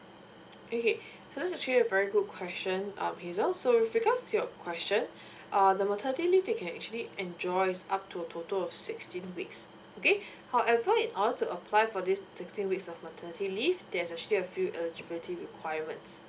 okay so this is actually a very good question um hazel so with regards to your question uh the maternity leave they can actually enjoys up to a total of sixteen weeks okay however in order to apply for this sixteen weeks of maternity leave there's actually a few eligibility requirements